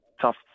tough